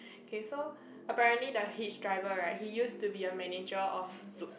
okay so apparently the hitch driver right he used to be a manager of Zouk